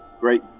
great